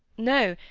no!